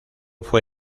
fue